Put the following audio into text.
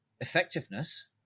effectiveness